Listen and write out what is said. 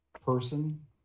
person